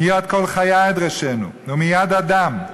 מיד כל חיה אדרשנו ומיד אדם,